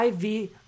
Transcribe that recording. IV